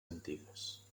antigues